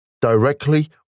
directly